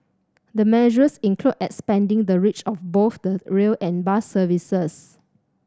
the measures include expanding the reach of both the rail and bus services